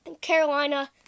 Carolina